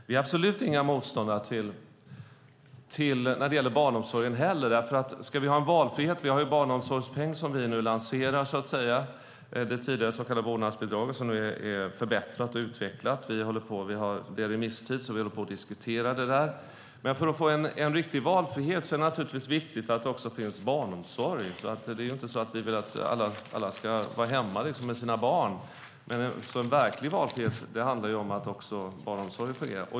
Vi är absolut inga motståndare till barnomsorgen heller. Det handlar om valfrihet. Nu lanserar vi en barnomsorgspeng, det som tidigare kallades vårdnadsbidrag och som förbättrats och utvecklats. Det är remisstid och vi håller på att diskutera ärendet. För att få riktig valfrihet är det naturligtvis viktigt att det finns barnomsorg. Vi vill inte att alla ska vara hemma med sina barn, utan verklig valfrihet handlar om att också barnomsorgen fungerar.